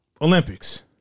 Olympics